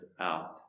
out